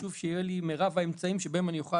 חשוב שיהיו לי מרב האמצעים שבהם אני אוכל